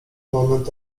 moment